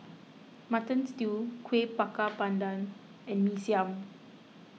Mutton Stew Kueh Bakar Pandan and Mee Siam